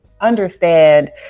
understand